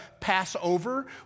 Passover